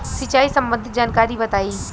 सिंचाई संबंधित जानकारी बताई?